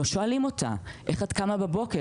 ולא שואלים אותה איך היא קמה בבוקר